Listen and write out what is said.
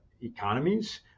economies